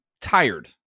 tired